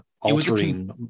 altering